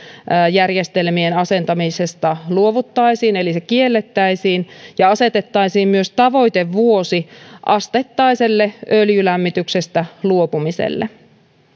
järjestelmien asentamisesta luovuttaisiin eli se kiellettäisiin ja asetettaisiin myös tavoitevuosi asteittaiselle öljylämmityksestä luopumiselle